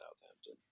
Southampton